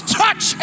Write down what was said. touch